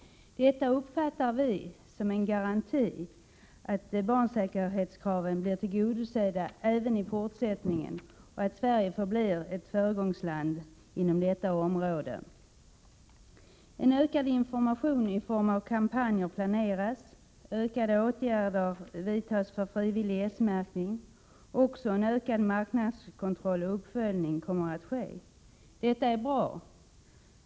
Detta uppfattar vi som en garanti för att barnsäkerhetskraven blir tillgodosedda även i fortsättningen och att Sverige förblir ett föregångsland inom detta område. En ökad information i form av kampanjer planeras. Ökade åtgärder vidtas för frivillig S-märkning. En ökad marknadskontroll och uppföljning kommer också att ske. Detta är bra.